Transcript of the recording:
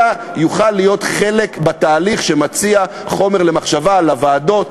אבל הוא יוכל להיות חלק מהתהליך שמציע חומר למחשבה לוועדות,